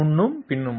முன்னும் பின்னுமாக